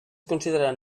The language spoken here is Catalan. consideraran